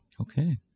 okay